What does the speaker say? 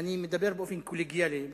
אני מדבר באופן קולגיאלי.